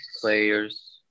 players